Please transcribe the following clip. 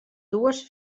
dues